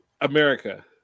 America